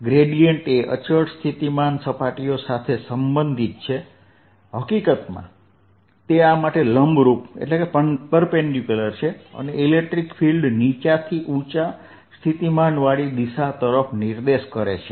gradient એ અચળ સ્થિતિમાન સપાટીઓ સાથે સંબંધિત છે હકીકતમાં તે આ માટે લંબરૂપ છે અને ઇલેક્ટ્રિક ફીલ્ડ નીચા થી ઉચ્ચ સ્થિતિમાનવાળી દિશા તરફ નિર્દેશ કરે છે